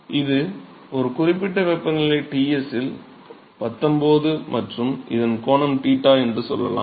இது ஒரு குறிப்பிட்ட வெப்பநிலை Ts இல் 19 மற்றும் இதன் கோணம் 𝞱 என்று சொல்லலாம்